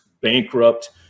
bankrupt